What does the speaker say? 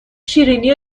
شیرینی